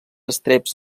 estreps